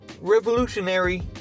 Revolutionary